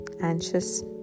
anxious